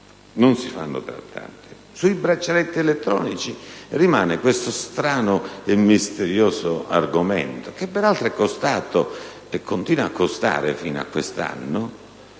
non si fanno trattati. I braccialetti elettronici rimangono uno strano e misterioso argomento, che peraltro è costato, e continua a costare - fino a quest'anno,